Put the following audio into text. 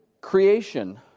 creation